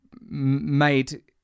made